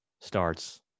starts